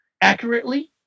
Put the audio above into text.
accurately